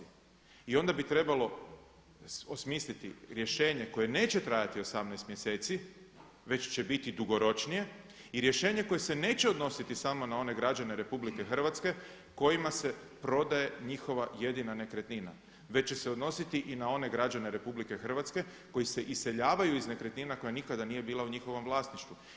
I onda bi trebalo osmisliti rješenje koje neće trajati 18 mjeseci već će biti dugoročnije i rješenje koje se neće odnositi samo na one građane RH kojima se prodaje njihova jedina nekretnina već će se odnositi i na one građane RH koji se iseljavaju iz nekretnina koja nikada nije bila u njihovom vlasništvu.